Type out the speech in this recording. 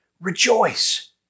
Rejoice